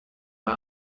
war